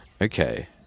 okay